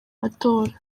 matora